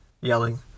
Yelling